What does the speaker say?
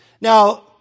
Now